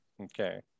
Okay